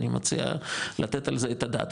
אני מציע לתת על זה את הדעת,